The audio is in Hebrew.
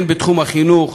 הן בתחום החינוך,